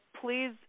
please